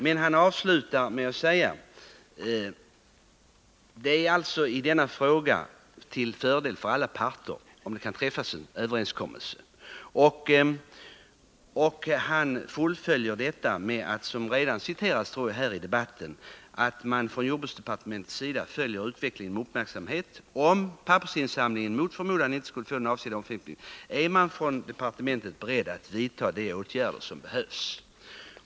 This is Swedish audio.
Avslutningsvis säger jordbruksministern att det i denna fråga är till fördel för alla parter om det kan träffas en överenskommelse. Vidare säger jordbruksministern att man — och det tror jag redan har citerats här i debatten — från departementets sida följer utvecklingen med uppmärksamhet. Om pappersinsamlingen mot förmodan inte skulle få den avsedda omfattningen är man från departementets sida beredd att vidta de åtgärder som behövs.